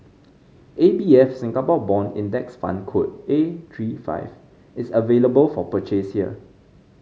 A B F Singapore Bond Index Fund code A three five is available for purchase here